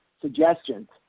suggestions